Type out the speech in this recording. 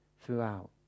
throughout